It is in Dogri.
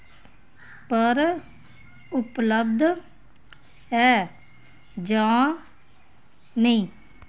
पर उपलब्ध ऐ जां नेईं